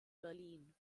berlin